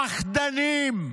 פחדנים.